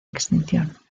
extinción